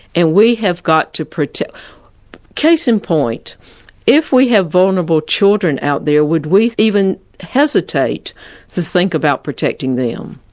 and we have got to protect case in point if we have vulnerable children out there, would we even hesitate to think about protecting them?